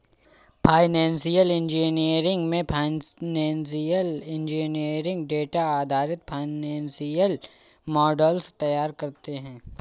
financial engineering में financial engineer data आधारित financial models तैयार करते है